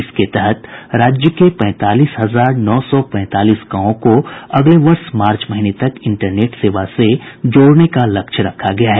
इसके तहत राज्य के पैंतालीस हजार नौ सौ पैंतालीस गांवों को अगले वर्ष मार्च महीने तक इंटरनेट सेवा से जोड़ने का लक्ष्य रखा गया है